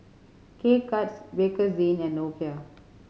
K Cuts Bakerzin and Nokia